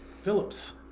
Phillips